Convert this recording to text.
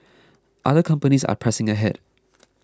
other companies are pressing ahead